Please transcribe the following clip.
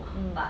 mm